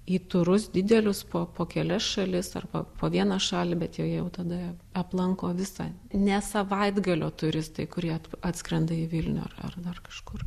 į turus didelius po po kelias šalis arba po vieną šalį bet jau jie tada jau aplanko visa ne savaitgalio turistai kurie atskrenda į vilnių ar ar dar kažkur